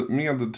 med